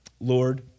Lord